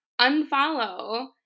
unfollow